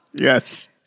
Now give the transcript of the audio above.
Yes